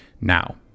now